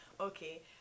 okay